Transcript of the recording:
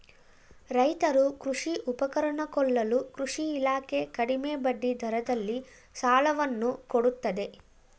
ರೈತರು ಕೃಷಿ ಉಪಕರಣ ಕೊಳ್ಳಲು ಕೃಷಿ ಇಲಾಖೆ ಕಡಿಮೆ ಬಡ್ಡಿ ದರದಲ್ಲಿ ಸಾಲವನ್ನು ಕೊಡುತ್ತದೆ